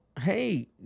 hey